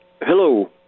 Hello